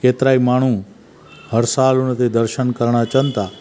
केतिरा ई माण्हू हर साल हुन ते दर्शनु करण अचनि था